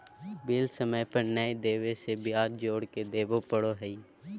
bill समय पर नयय देबे से ब्याज जोर के देबे पड़ो हइ